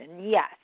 yes